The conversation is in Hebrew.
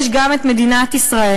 יש גם את מדינת ישראל.